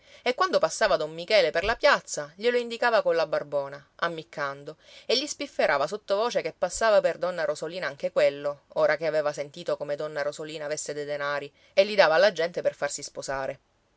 e quando passava don michele per la piazza glielo indicava colla barbona ammiccando e gli spifferava sottovoce che passava per donna rosolina anche quello ora che aveva sentito come donna rosolina avesse dei denari e li dava alla gente per farsi sposare